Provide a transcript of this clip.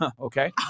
Okay